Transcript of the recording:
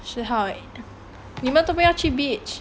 十号啊你们都不要去 beach